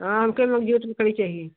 हँ हमको मज़बूत लकड़ी चाहिए